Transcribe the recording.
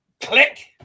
click